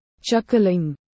Chuckling